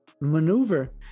Maneuver